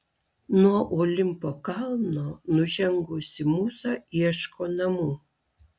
nuo olimpo kalno nužengusi mūza ieško namų